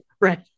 right